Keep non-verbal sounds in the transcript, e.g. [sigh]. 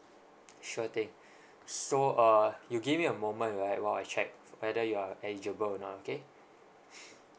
sure thing so err you give me a moment right while I check whether you are eligible or not okay [breath]